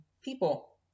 people